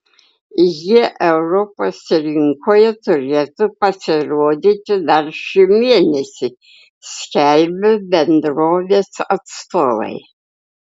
jie europos rinkoje turėtų pasirodyti dar šį mėnesį skelbia bendrovės atstovai